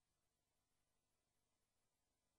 אושרה בקריאה ראשונה ותחזור לוועדה המשותפת להכנתה לקריאה